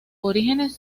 orígenes